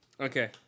Okay